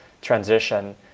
transition